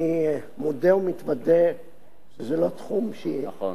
אני מודה ומתוודה שזה לא תחום, נכון.